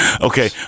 Okay